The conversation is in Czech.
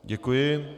Děkuji.